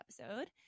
episode